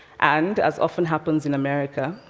and, as often happens in america,